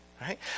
right